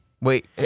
Wait